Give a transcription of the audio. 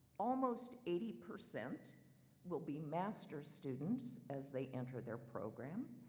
almost eighty percent will be masters students as they enter their program.